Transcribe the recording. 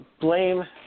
blame